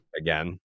again